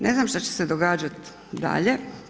Ne znam šta će se događati dalje.